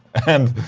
and.